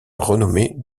renommée